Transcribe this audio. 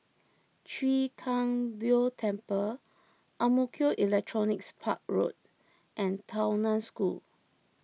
Chwee Kang Beo Temple Ang Mo Kio Electronics Park Road and Tao Nan School